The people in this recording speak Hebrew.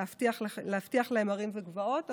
להבטיח להם הרים וגבעות,